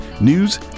news